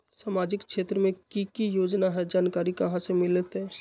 सामाजिक क्षेत्र मे कि की योजना है जानकारी कहाँ से मिलतै?